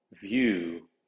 view